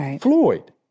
Floyd